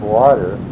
water